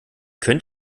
könnt